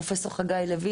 פרופ' חגי לוין,